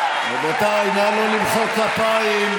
רבותיי, נא לא למחוא כפיים.